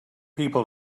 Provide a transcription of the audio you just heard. people